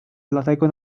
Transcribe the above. dlatego